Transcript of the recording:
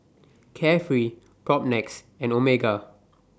Carefree Propnex and Omega